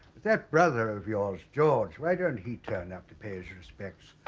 that brother of yours george. why don't he turn up to pay his respects.